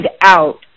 out